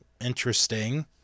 interesting